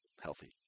healthy